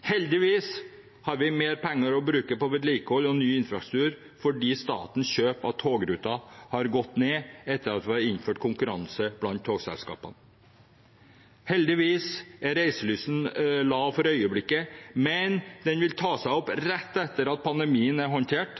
Heldigvis har vi mer penger å bruke på vedlikehold og ny infrastruktur fordi statens kjøp av togruter har gått ned etter at vi har innført konkurranse blant togselskapene. Heldigvis er reiselysten lav for øyeblikket, men den vil ta seg opp rett etter at pandemien er håndtert.